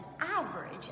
average